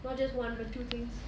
not just one but two things